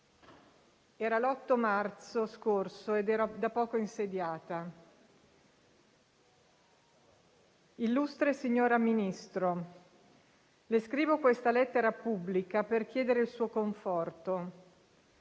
Era l'8 marzo scorso ed ero da poco insediata: «Illustre signora Ministro, le scrivo questa lettera pubblica per chiedere il Suo conforto,